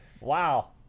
Wow